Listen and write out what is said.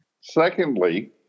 Secondly